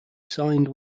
signed